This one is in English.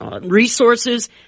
resources